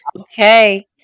Okay